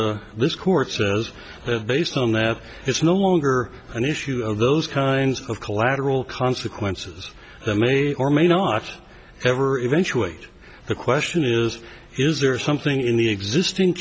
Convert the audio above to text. this court says based on that it's no longer an issue of those kinds of collateral consequences that may or may not ever eventuate the question is is there something in the existing